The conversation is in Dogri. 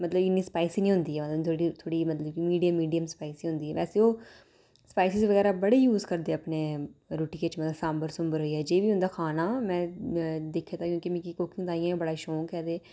मतलब इन्नी स्पाइसी नी होंदी थोह्ड़ा मतलब कि मिडियम मिडियम स्पाईसी होंदी ऐ बैसे ओह् स्पाइसी बगैरा बड़े युज करदे अपनी रुटियै च सांबर सुंबर होई गेआ जेह्ड़ा बी हुंदा खाना ऐ में दिक्खे दा कि में तां ई गै कुकिंग दा बड़ा शौंक ऐ ते